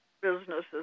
businesses